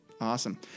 Awesome